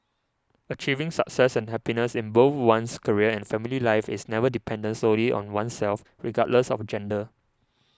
achieving success and happiness in both one's career and family life is never dependent solely on oneself regardless of gender